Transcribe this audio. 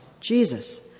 Jesus